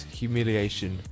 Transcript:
humiliation